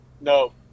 no